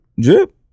Drip